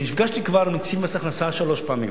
נפגשתי עם נציב מס הכנסה שלוש פעמים,